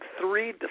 three